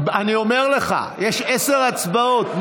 אני אומר לך, יש עשר הצבעות.